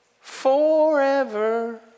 Forever